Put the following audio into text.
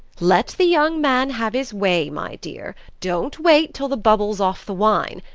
let the young man have his way, my dear don't wait till the bubble's off the wine.